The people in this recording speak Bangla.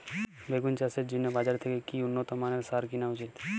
বেগুন চাষের জন্য বাজার থেকে কি উন্নত মানের সার কিনা উচিৎ?